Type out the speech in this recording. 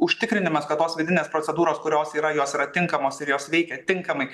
užtikrinimas kad tos vidinės procedūros kurios yra jos yra tinkamos ir jos veikia tinkamai